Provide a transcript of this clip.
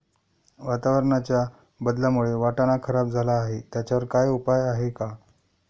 वातावरणाच्या बदलामुळे वाटाणा खराब झाला आहे त्याच्यावर काय उपाय आहे का?